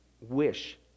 wish